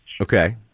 Okay